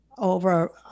over